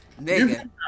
Nigga